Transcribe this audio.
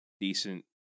decent